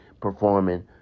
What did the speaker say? performing